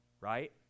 right